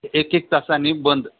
एक एक तासानी बंद